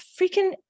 freaking